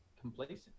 complacent